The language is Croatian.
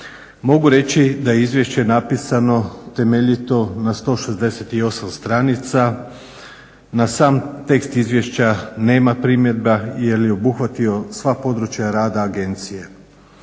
Mogu reći da je izvješće napisano temeljito na 168 stranica. Na sam tekst izvješća nema primjedba jer je obuhvatio sva područja rada agencije.